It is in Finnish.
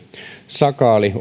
sakaali